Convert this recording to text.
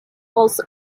also